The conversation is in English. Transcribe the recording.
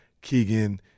Keegan